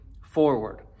forward